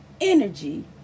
energy